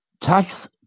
tax